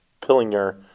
Pillinger